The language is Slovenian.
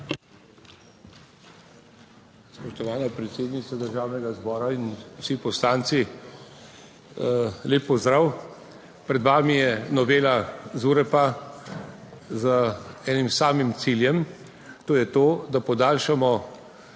Spoštovana predsednica Državnega zbora in vsi poslanci, lep pozdrav! Pred vami je novela ZUreP, z enim samim ciljem, in sicer, da podaljšamo